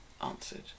Answered